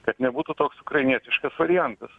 kad nebūtų toks ukrainietiškas variantas